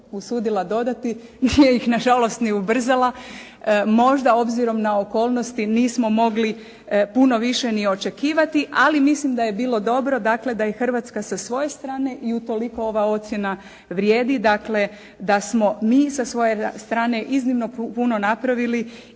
usudila dodati, nije ih na žalost ni ubrzala. Možda obzirom na okolnosti nismo mogli puno više ni očekivati, ali mislim da je bilo dobro dakle da i Hrvatska sa svoje strane i utoliko ova ocjena vrijedi, dakle da smo mi sa svoje strane iznimno puno napravili